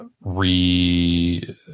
re